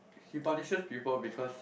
he punishes people because